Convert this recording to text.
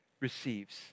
receives